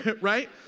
right